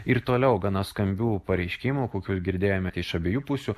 ir toliau gana skambių pareiškimų kokių girdėjome iš abiejų pusių